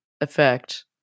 effect